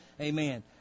Amen